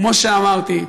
כמו שאמרתי,